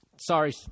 Sorry